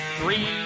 Three